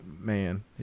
Man